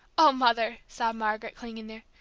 oh, mother! sobbed margaret, clinging there,